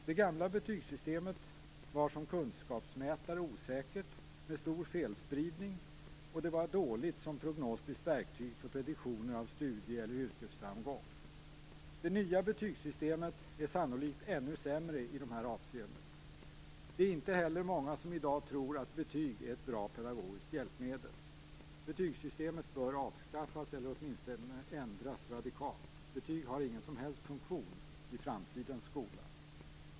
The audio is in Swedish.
Det gamla betygssystemet var som kunskapsmätare osäkert, med stor felspridning, och det var dåligt som prognostiskt verktyg för prediktioner av studie eller yrkesframgång. Det nya betygssystemet är sannolikt ännu sämre i dessa avseenden. Det är inte heller många som i dag tror att betyg är ett bra pedagogiskt hjälpmedel. Betygssystemet bör avskaffas, eller åtminstone ändras radikalt. Betyg har ingen som helst funktion i framtidens skola.